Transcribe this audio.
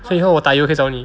所以以后我打油可以找你